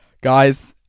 Guys